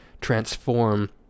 transform